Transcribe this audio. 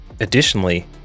Additionally